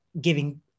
giving